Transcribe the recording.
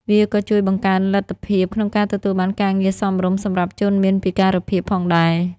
វាក៏ជួយបង្កើនលទ្ធភាពក្នុងការទទួលបានការងារសមរម្យសម្រាប់ជនមានពិការភាពផងដែរ។